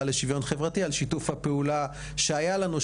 לשוויון חברתי על שיתוף הפעולה שהיה לנו,